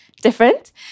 different